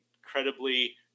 incredibly